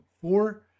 four